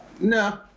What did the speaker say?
no